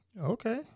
Okay